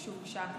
הוא מרגיש טוב?